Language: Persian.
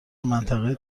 منطقه